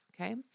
okay